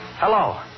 Hello